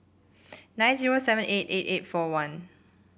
nine zero seven eight eight eight four one